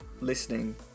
listening